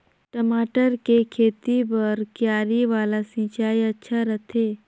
मटर के खेती बर क्यारी वाला सिंचाई अच्छा रथे?